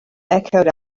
echoed